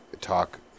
talk